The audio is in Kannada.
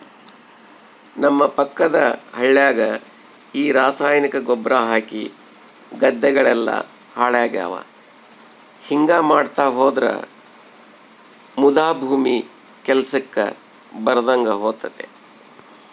ನಮ್ಮ ಪಕ್ಕದ ಹಳ್ಯಾಗ ಈ ರಾಸಾಯನಿಕ ಗೊಬ್ರ ಹಾಕಿ ಗದ್ದೆಗಳೆಲ್ಲ ಹಾಳಾಗ್ಯಾವ ಹಿಂಗಾ ಮಾಡ್ತಾ ಹೋದ್ರ ಮುದಾ ಭೂಮಿ ಕೆಲ್ಸಕ್ ಬರದಂಗ ಹೋತತೆ